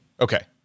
Okay